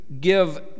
give